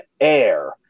air